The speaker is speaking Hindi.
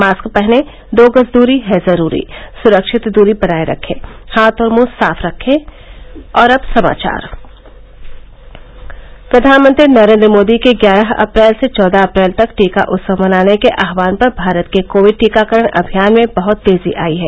मास्क पहनें दो गज दूरी है जरूरी सुरक्षित दूरी बनाये रखें हाथ और मुंह साफ रखे प्रधानमंत्री नरेन्द्र मोदी के ग्यारह अप्रैल से चौदह अप्रैल तक टीका उत्सव मनाने के आह्वान पर भारत के कोविड टीकाकरण अभियान में बह्त तेजी आई है